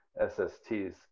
SSTs